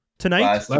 tonight